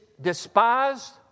despised